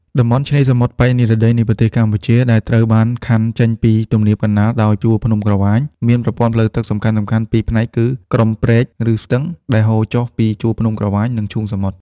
តំបន់ឆ្នេរសមុទ្រប៉ែកនិរតីនៃប្រទេសកម្ពុជា ដែលត្រូវបានខ័ណ្ឌចេញពីទំនាបកណ្តាលដោយជួរភ្នំក្រវាញ មានប្រព័ន្ធផ្លូវទឹកសំខាន់ៗពីរផ្នែកគឺ ក្រុមព្រែក ឬស្ទឹងដែលហូរចុះពីជួរភ្នំក្រវាញ និងឈូងសមុទ្រ។